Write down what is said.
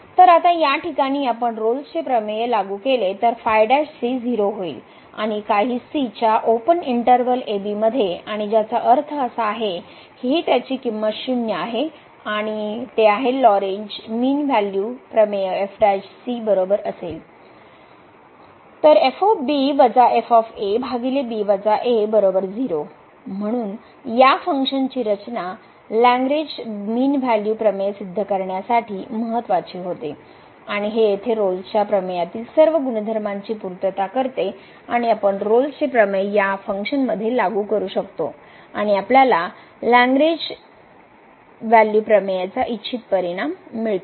तर आता या ठिकाणी आपण रोल्सचे प्रमेय लागू केले तर 0 होईल आणि काही c च्या ओपन इंटर्वल ab मध्ये आणि ज्याचा अर्थ असा आहे की हे त्याची किंमत शून्य आहे आणि ते आहे लॅरेंज मीन व्हॅल्यू प्रमेय f बरोबर असेल म्हणून या फंक्शनची रचना लग्रेंज मीन व्हॅल्यू प्रमेय सिद्ध करण्यासाठी महत्वाचे होते आणि हे येथे रोल्सच्या प्रमेयातील सर्व गुणधर्मांची पूर्तता करते आणि आपण रोल्स चे प्रमेय या कार्यामध्ये लागू करू शकतो आणि आपल्याला लाग्रेंज एरेंज व्हॅल्यू प्रमेयचा इच्छित परिणाम मिळाला